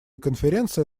конференция